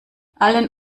allen